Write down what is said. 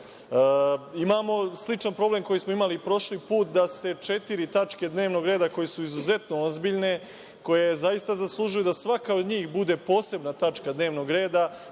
reda. Imamo sličan problem koji smo imali prošli put da se četiri tačke dnevnog reda koje su izuzetno ozbiljne, koje zaista zaslužuju da svaka od njih bude posebna tačka dnevnog reda,